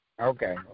Okay